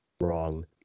Wrong